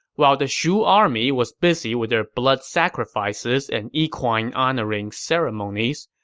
while the shu army was busy with their blood sacrifices and equine-honoring ceremonies,